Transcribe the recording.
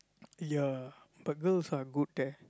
yeah but girls are good there